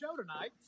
tonight